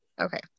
Okay